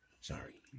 Sorry